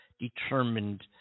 determined